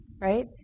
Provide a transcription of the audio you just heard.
right